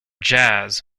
jazz